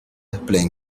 play